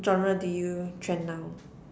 genre do you trend now